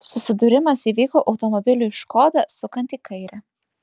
susidūrimas įvyko automobiliui škoda sukant į kairę